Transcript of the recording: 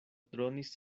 dronis